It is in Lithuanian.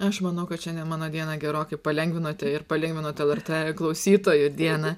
aš manau kad šiandien mano diena gerokai palengvinote ir palengvinot lrt klausytojų dieną